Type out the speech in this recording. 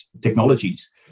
technologies